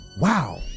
wow